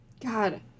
God